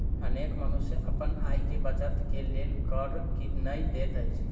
अनेक मनुष्य अपन आय के बचत के लेल कर नै दैत अछि